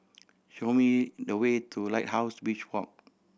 show me the way to Lighthouse Beach Walk